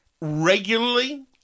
regularly